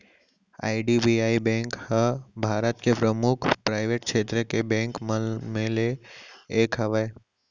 IDBI bank ह भारत के परमुख पराइवेट छेत्र के बेंक मन म ले एक हवय